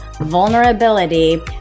vulnerability